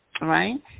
right